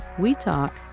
we talk.